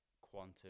Quantum